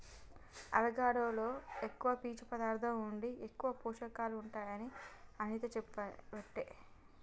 avocado లో ఎక్కువ పీచు పదార్ధం ఉండి ఎక్కువ పోషకాలు ఉంటాయి అని అనిత చెప్పబట్టే